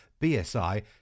BSI